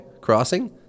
crossing